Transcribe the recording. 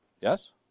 Yes